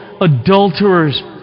adulterers